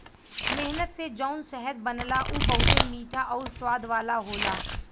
मेहनत से जौन शहद बनला उ बहुते मीठा आउर स्वाद वाला होला